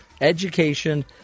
education